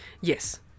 Yes